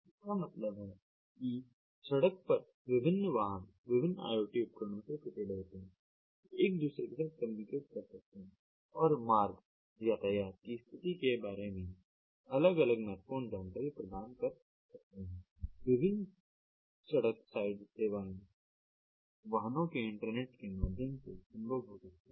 इसका मतलब है कि सड़क पर विभिन्न वाहन विभिन्न IoT उपकरणों से फिटेड होते हैं जो एक दूसरे के साथ कम्युनिकेट कर सकते हैं और मार्ग यातायात की स्थिति के बारे में अलग अलग महत्वपूर्ण जानकारी प्रदान कर सकते हैं विभिन्न सड़क साइड सेवाएं वाहनों के इंटरनेट के माध्यम से संभव हो सकता है